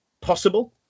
possible